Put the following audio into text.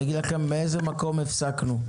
אני אגיד לכם מאיזה מקום הפסקנו.